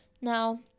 Now